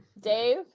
Dave